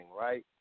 right